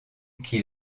qui